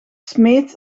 smeet